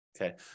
okay